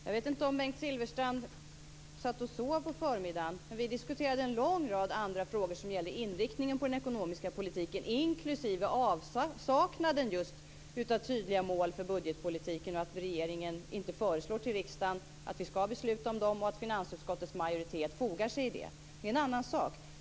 Fru talman! Jag vet inte om Bengt Silfverstrand satt och sov på förmiddagen, men vi diskuterade en lång rad andra frågor som gäller inriktningen på den ekonomiska politiken, inklusive avsaknaden av just tydliga mål för budgetpolitiken, och att regeringen inte föreslår att riksdagen ska besluta om dem och att finansutskottets majoritet fogar sig i det. Det är en annan sak.